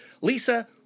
Lisa